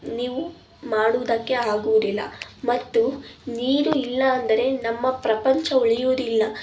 ನೀವು ಮಾಡುವುದಕ್ಕೆ ಆಗುವುದಿಲ್ಲ ಮತ್ತು ನೀರು ಇಲ್ಲ ಅಂದರೆ ನಮ್ಮ ಪ್ರಪಂಚ ಉಳಿಯುವುದಿಲ್ಲ